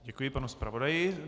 Děkuji panu zpravodaji.